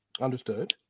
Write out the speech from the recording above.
understood